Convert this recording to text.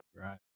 right